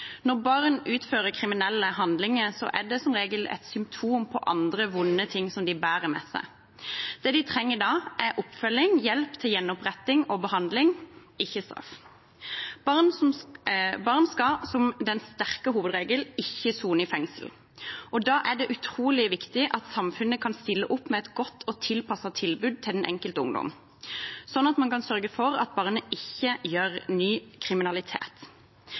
Når barn utfører kriminelle handlinger, er det som regel et symptom på andre, vonde ting som de bærer med seg. Det de trenger da, er oppfølging, hjelp til gjenoppretting og behandling – ikke straff. Barn skal som den sterke hovedregel ikke sone i fengsel, og da er det utrolig viktig at samfunnet kan stille opp med et godt og tilpasset tilbud til den enkelte ungdom, sånn at man kan sørge for at barnet ikke gjør